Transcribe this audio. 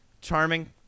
charming